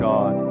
God